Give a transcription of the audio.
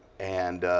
and